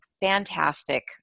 fantastic